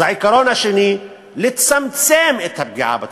אז העיקרון השני, לצמצם את הפגיעה בתושבים.